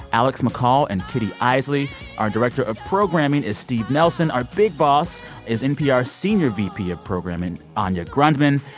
alex mccall and kitty eisele. our director of programming is steve nelson. our big boss is npr's senior vp of programming, anya grundmann.